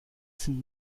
sind